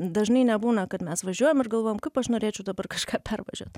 dažnai nebūna kad mes važiuojam ir galvojam kaip aš norėčiau dabar kažką pervažiuot